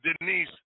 Denise